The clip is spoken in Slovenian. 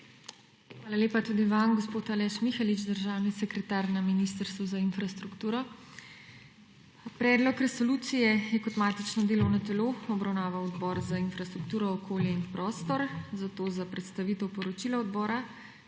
Hvala lepa tudi vam gospod Aleš Mihelič, državni sekretar na Ministrstvu za infrastrukturo. Predlog resolucije je kot matično delovno telo obravnaval Odbor za infrastrukturo, okolje in prostor. Zato za predstavitev poročila odbora